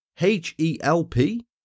H-E-L-P